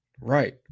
Right